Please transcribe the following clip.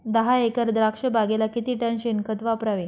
दहा एकर द्राक्षबागेला किती टन शेणखत वापरावे?